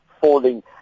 falling